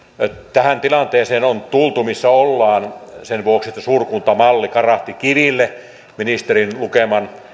tähän tilanteeseen on tultu missä ollaan sen vuoksi että suurkuntamalli karahti kiville ministerin äsken